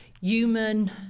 human